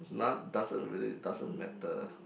no~ doesn't really doesn't matter